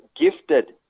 gifted